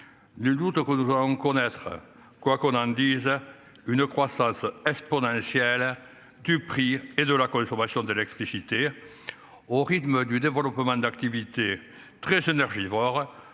Nul doute qu'on devrait en connaître. Quoi qu'on en dise. Une croissance exponentielle. Du prix et de la une formation de l'électricité. Au rythme du développement d'activités très énergivores